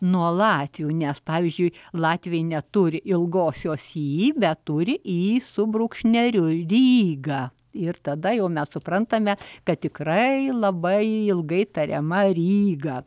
nuo latvių nes pavyzdžiui latviai neturi ilgosios y turi i su brūkšneliu lyga ir tada jau mes suprantame kad tikrai labai ilgai tariama riga